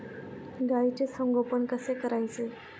गाईचे संगोपन कसे करायचे?